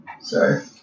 sorry